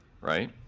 right